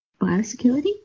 Biosecurity